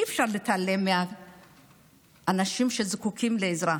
ואי-אפשר להתעלם מאנשים שזקוקים לעזרה.